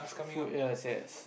food yes yes